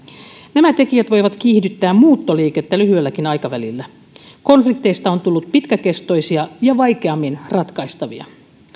nämä tekijät voivat kiihdyttää muuttoliikettä lyhyelläkin aikavälillä konflikteista on tullut pitkäkestoisia ja vaikeammin ratkaistavia